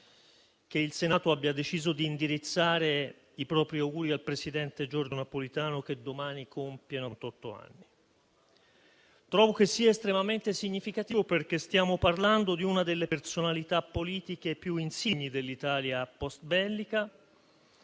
che il Senato abbia deciso di indirizzare i propri auguri al Presidente Giorgio Napolitano che domani compie novantotto anni. Lo trovo estremamente significativo perché stiamo parlando di una delle personalità politiche più insigni dell'Italia postbellica,